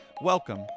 Welcome